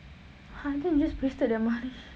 !huh! then you just wasted that money